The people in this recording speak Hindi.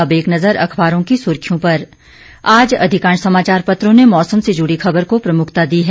अब एक नजर अखबारों की सुर्खियों पर आज अधिकांश समाचार पत्रों ने मौसम से जुड़ी खबर को प्रमुखता दी है